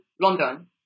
London